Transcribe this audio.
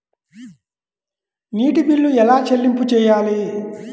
నీటి బిల్లు ఎలా చెల్లింపు చేయాలి?